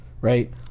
right